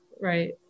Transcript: Right